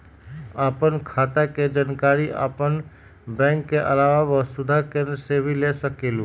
आपन खाता के जानकारी आपन बैंक के आलावा वसुधा केन्द्र से भी ले सकेलु?